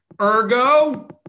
Ergo